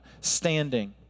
standing